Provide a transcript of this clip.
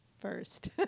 First